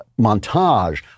montage